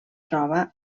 troba